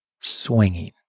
swinging